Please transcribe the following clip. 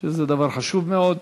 שזה דבר חשוב מאוד.